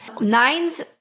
Nines